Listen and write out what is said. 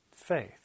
faith